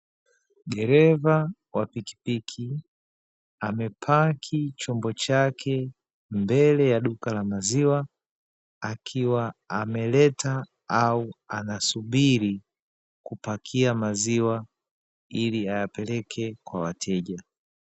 Dereva wa pikipiki amepaki chombo chake mbele ya duka la maziwa, akiwa ameleta au ana subiri kupakia maziwa ili ayapeleke kwa wateja.